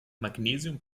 magnesium